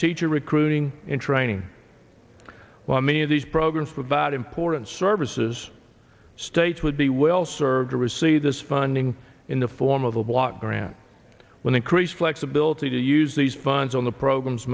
teacher recruiting and training well many of these programs for that important services state would be well served to receive this funding in the form of a block grant when increased flexibility to use these funds on the programs